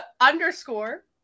Underscore